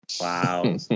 Wow